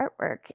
artwork